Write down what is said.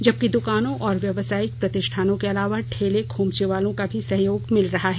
जबकि दुकानों और व्यावसायिक प्रतिष्ठानों के अलावा ठेले खोमचे वालों का भी सहयोग मिल रहा है